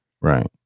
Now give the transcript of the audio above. Right